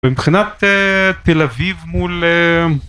מבחינת תל אביב מול...